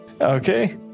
Okay